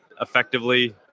effectively